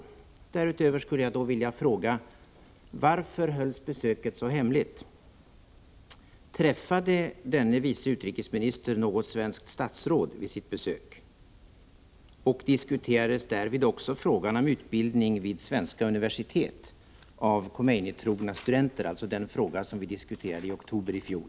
Därutöver skulle jag vilja fråga: Varför hölls besöket så hemligt? Träffade denne vice utrikesminister något svenskt statsråd vid sitt besök? Diskuterades därvid också frågan om utbildning vid svenska universitet av Khomeini-trogna studenter, alltså den fråga som vi diskuterade i oktober i fjol?